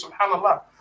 subhanAllah